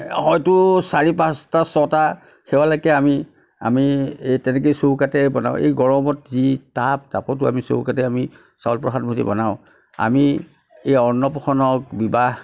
হয়তো চাৰি পাঁচটা ছটা সেৱালৈকে আমি আমি এই তেনেকৈয়ে চৌকাতে বনাওঁ এই গৰমত যি তাপ তাপতো আমি চৌকাতে আমি চাউল প্ৰসাদমুঠি বনাওঁ আমি এই অন্নপ্ৰাশন বিবাহ